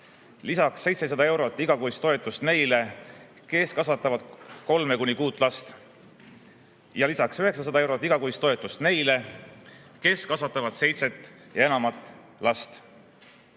lisaks 700 eurot igakuist toetust neile, kes kasvatavad kolme kuni kuut last, ja lisaks 900 eurot igakuist toetust neile, kes kasvatavad seitset ja enamat last.